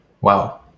wow